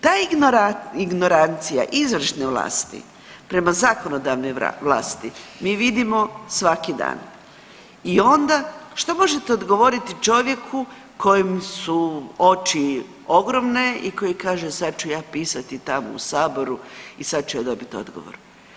Ta ignorancija izvršne vlasti prema zakonodavnoj vlasti mi vidimo svako dan i onda što možete odgovoriti čovjeku kojem su oči ogromne i koji kaže sad ću ja pisati tamo u saboru i sad ću ja dobiti odgovor.